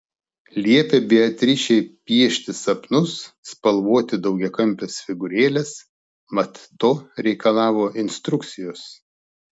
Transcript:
liepė beatričei piešti sapnus spalvoti daugiakampes figūrėles mat to reikalavo instrukcijos